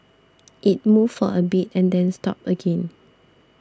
it moved for a bit and then stopped again